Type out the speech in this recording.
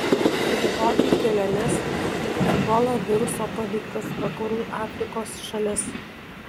riboti keliones į ebola viruso paveiktas vakarų afrikos šalis